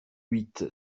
huit